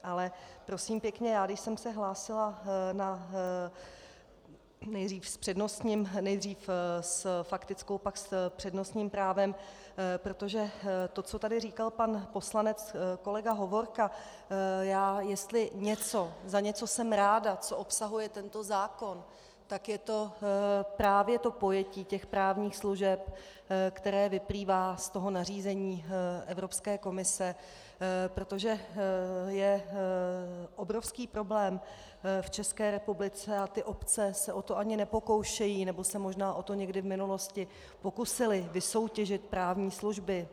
Ale prosím pěkně, když jsem se hlásila nejdřív s faktickou, pak s přednostním právem, protože to, co tady říkal pan poslanec kolega Hovorka, já jestli za něco jsem ráda, co obsahuje tento zákon, tak je to právě pojetí těch právních služeb, které vyplývá z toho nařízení Evropské komise, protože je obrovský problém v České republice, a ty obce se o to ani nepokoušejí, nebo se možná o to někdy v minulosti pokusily, vysoutěžit právní služby.